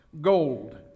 Gold